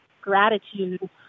gratitude